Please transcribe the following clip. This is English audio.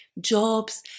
jobs